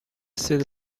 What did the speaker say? sede